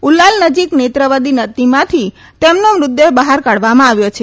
ઉલાબ નજીક નેત્રવલી નદીમાંથી તેમનો મુતદેહ બહાર કાઢવામાં આવ્યો છે